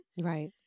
right